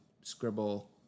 scribble